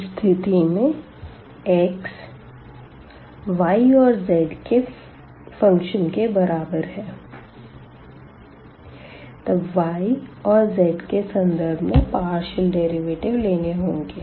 इस स्थिति में x y और z के फंक्शन के बराबर है तब y और z के संदर्भ में पार्शियल डेरिवेटिव लेने होंगे